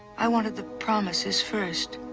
i wanted the promises first.